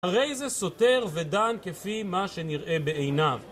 הרי זה סותר ודן כפי מה שנראה בעיניו